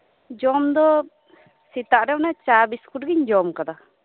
ᱡᱚᱢ ᱫᱚ ᱚᱱᱮ ᱥᱮᱛᱟᱜ ᱨᱮ ᱪᱟ ᱵᱤᱥᱠᱩᱴ ᱜᱤᱧ ᱡᱚᱢ ᱠᱟᱫᱟ